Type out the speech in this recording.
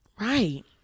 right